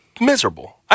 miserable